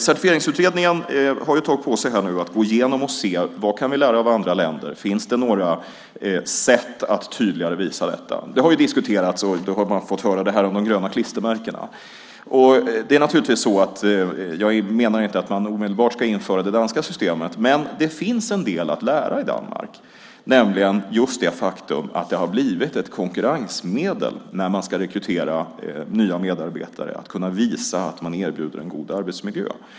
Certifieringsutredningen har nu ett tag på sig att gå igenom detta och se vad vi kan lära av andra länder. Finns det några sätt att tydligare visa detta? Det har ju diskuterats, och då har man fått höra det här om de gröna klistermärkena. Jag menar inte att man omedelbart ska införa det danska systemet, men det finns en del att lära av Danmark. Det handlar nämligen om just det faktum att det har blivit ett konkurrensmedel när man ska rekrytera nya medarbetare, att man kan visa att man erbjuder en god arbetsmiljö.